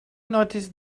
noticed